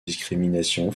discrimination